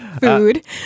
Food